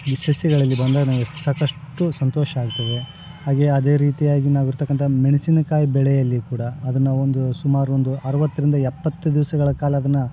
ಈ ಸಸಿಗಳಲ್ಲಿ ಬಂದನವು ಸಾಕಷ್ಟು ಸಂತೋಷ ಆಗ್ತದೆ ಹಾಗೆ ಅದೆ ರೀತಿಯಾಗಿ ನಾವು ಇರ್ತಕ್ಕಂಥ ಮೆಣಸಿನಕಾಯಿ ಬೆಳೆಯಲ್ಲಿ ಕೂಡ ಅದನ್ನ ಒಂದು ಸುಮಾರು ಒಂದು ಅರವತ್ತರಿಂದ ಎಪತ್ತು ದಿವಸಗಳ ಕಾಲ ಅದನ್ನು